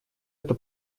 это